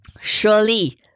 Surely